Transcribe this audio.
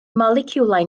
moleciwlau